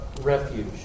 refuge